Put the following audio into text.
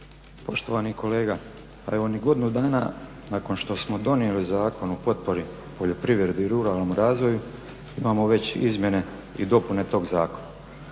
Poštovani kolega, pa evo ni godinu dana nakon što smo donijeli Zakon o potpori, poljoprivredi i ruralnom razvoju imamo već izmjene i dopune tog zakona.